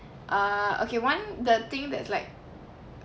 uh okay one the thing that's like